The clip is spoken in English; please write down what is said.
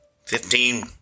fifteen